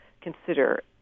consider